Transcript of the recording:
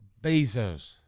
Bezos